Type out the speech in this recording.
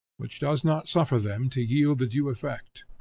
which does not suffer them to yield the due effect.